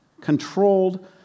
controlled